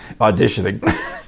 auditioning